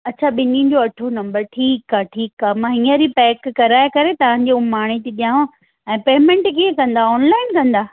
अच्छा ॿिनिनि जो अठो नंबर ठीकु आहे ठीकु आहे मां हीअंर ई पैक कराए करे तव्हांजे माणे थी ॾेयाव ऐं पेमेंट कीअं कंदा ऑनलाइन कंदा